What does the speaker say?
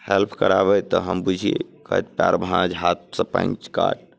help कराबथि तऽ हम बुझियै कहथि पएर भाँज हाथसँ पानि काट